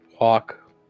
walk